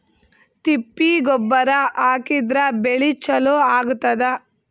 ತಿಪ್ಪಿ ಗೊಬ್ಬರ ಹಾಕಿದ್ರ ಬೆಳಿ ಚಲೋ ಆಗತದ?